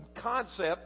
concept